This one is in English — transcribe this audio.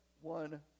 one